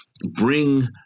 bring